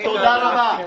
תודה רבה.